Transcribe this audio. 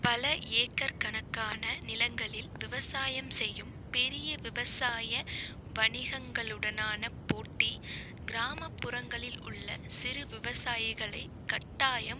பல ஏக்கர் கணக்கான நிலங்களில் விவசாயம் செய்யும் பெரிய விவசாய வணிகங்களுடனான போட்டி கிராமப்புறங்களில் உள்ள சிறு விவசாயிகளை கட்டாயம்